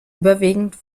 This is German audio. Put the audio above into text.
überwiegend